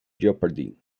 jeopardy